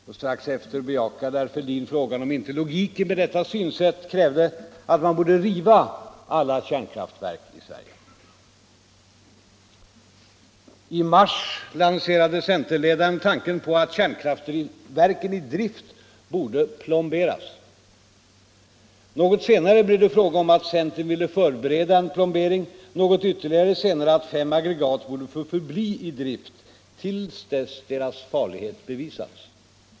Och strax efter bejakade herr Fälldin frågan ”om inte logiken med detta synsätt krävde att man måste riva alla kärnkraftverk i Sverige”. I mars lanserade centerledaren tanken på att kärnkraftverken i drift borde plomberas. Något senare blev det fråga om att centern ville förbereda en plombering, ytterligare något senare att fem aggregat borde få förbli i drift till dess deras farlighet bevisats.